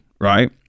right